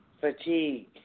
fatigue